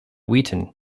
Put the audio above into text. wheaton